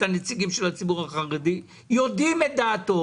הנציגים של הציבור החרדי יודעים את דעתו.